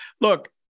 look